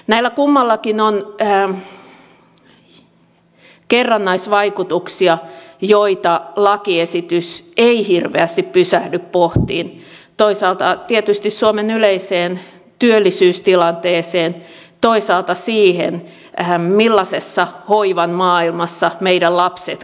näillä kummallakin on kerrannaisvaikutuksia joita lakiesitys ei hirveästi pysähdy pohtimaan toisaalta tietysti suomen yleiseen työllisyystilanteeseen toisaalta siihen millaisessa hoivan maailmassa meidän lapsemme kasvavat